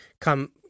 come